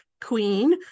queen